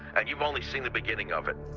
and you've only seen the beginning of it.